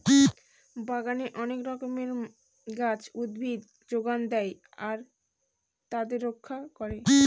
বাগানে অনেক রকমের গাছ, উদ্ভিদ যোগান দেয় আর তাদের রক্ষা করে